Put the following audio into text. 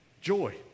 Joy